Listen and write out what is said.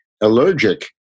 allergic